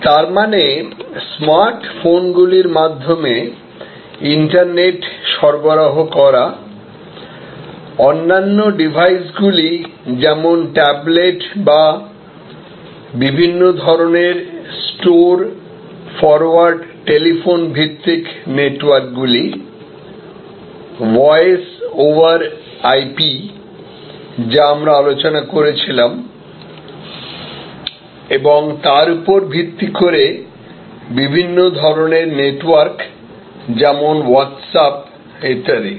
তার মানে স্মার্ট ফোনগুলির মাধ্যমে ইন্টারনেট সরবরাহ করা অন্যান্য ডিভাইসগুলি যেমন ট্যাবলেট বা বিভিন্ন ধরণের স্টোর ফরওয়ার্ড টেলিফোন ভিত্তিক নেটওয়ার্কগুলি ভয়েস ওভার আইপি যা আমরা আলোচনা করেছিলাম এবং তার উপর ভিত্তি করে বিভিন্ন ধরণের নেটওয়ার্ক যেমন হোয়াটসঅ্যাপ ইত্যাদি